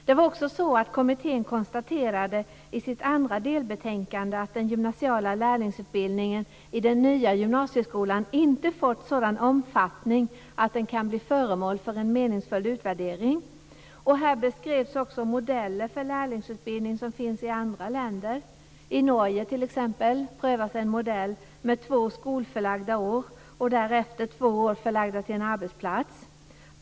Det var också så att kommittén i sitt andra delbetänkande konstaterade att den gymnasiala lärlingsutbildningen i den nya gymnasieskolan inte fått en sådan omfattning att den kunde bli föremål för en meningsfull utvärdering. Här beskrevs också modeller för lärlingsutbildning som finns i andra länder. I Norge t.ex. prövas en modell med två skolförlagda år och därefter två år förlagda till en arbetsplats.